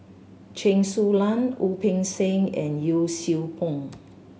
Chen Su Lan Wu Peng Seng and Yee Siew Pun